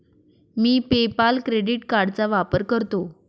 मी PayPal credit कार्डचा वापर करतो